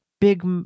big